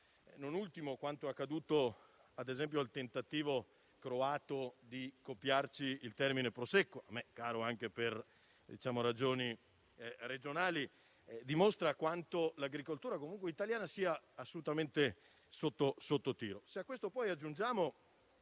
richiamo quanto accaduto, ad esempio, con il tentativo croato di copiarci la denominazione "Prosecco", a me caro anche per ragioni regionali. Ciò dimostra quanto l'agricoltura italiana sia assolutamente sotto tiro.